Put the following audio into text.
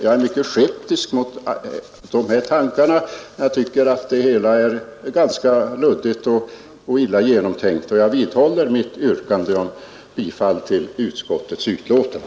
Jag är mycket skeptisk till de här tankarna. Jag tycker att det hela är ganska luddigt och illa genomtänkt, och jag vidhåller mitt yrkande om bifall till utskottets förslag.